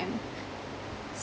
am so